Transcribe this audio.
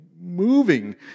moving